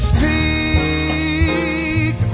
Speak